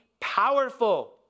powerful